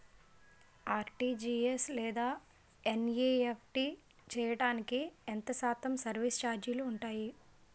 RTGS లేదా NEFT చేయడానికి ఎంత శాతం సర్విస్ ఛార్జీలు ఉంటాయి?